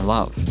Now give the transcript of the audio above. Love